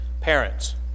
parents